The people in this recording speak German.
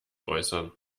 äußern